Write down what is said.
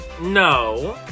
no